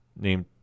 Named